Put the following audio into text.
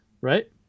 right